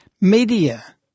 Media